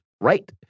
right